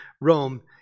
Rome